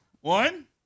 One